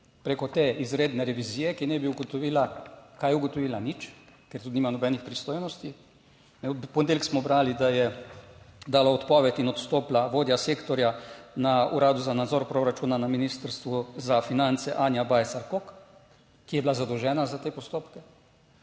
preko te izredne revizije, ki naj bi ugotovila, kaj je ugotovila? Nič, ker tudi nima nobenih pristojnosti v ponedeljek smo brali, da je dala odpoved in odstopila vodja sektorja na uradu za nadzor proračuna na Ministrstvu za finance Anja Bajcar Kok, ki je bila zadolžena za te postopke